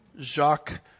Jacques